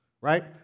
Right